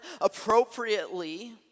appropriately